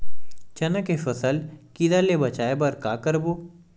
चना के फसल कीरा ले बचाय बर का करबो?